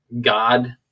God